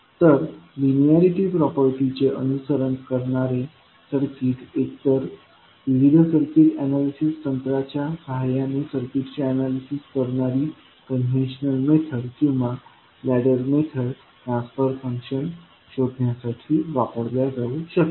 तर linearity property चे अनुसरण करणारे सर्किट एकतर विविध सर्किट एनालिसिस तंत्राच्या सहाय्याने सर्किटचे एनालिसिस करणारी कन्व्हेंशनल मेथड किंवा लॅडर मेथड ट्रान्सफर फंक्शन शोधण्यासाठी वापरल्या जाऊ शकते